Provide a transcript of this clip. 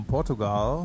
Portugal